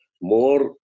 more